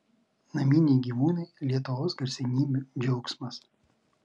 naminiai gyvūnai lietuvos garsenybių džiaugsmas